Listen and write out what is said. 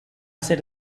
ser